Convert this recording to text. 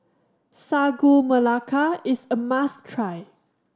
Sagu Melaka is a must try